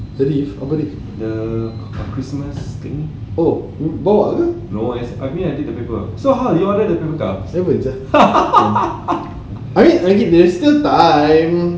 wreath apa wreath oh oh bawah ke haven't sia I mean there's still time